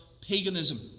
paganism